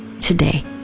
today